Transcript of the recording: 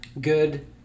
good